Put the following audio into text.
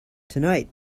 tonight